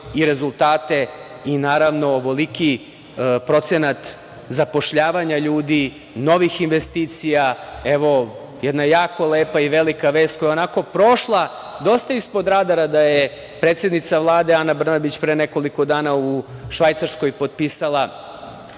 i rezultate i ovoliki procenat zapošljavanja ljudi, novih investicija. Jedna jako lepa i velika vest koja je onako prošla dosta ispod radara je da je predsednica Vlade Ana Brnabić pre nekoliko dana u Švajcarskoj potpisala